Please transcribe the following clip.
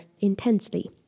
intensely